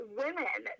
women